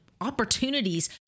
opportunities